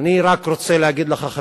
אני רק רוצה להגיד לך,